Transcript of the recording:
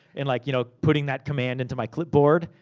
and like you know putting that command into my clip board.